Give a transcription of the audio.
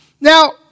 Now